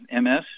MS